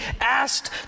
asked